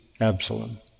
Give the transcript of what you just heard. Absalom